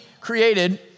created